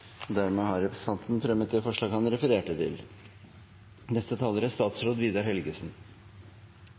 Dermed har representanten Snorre Serigstad Valen tatt opp de forslagene han refererte til. Dette er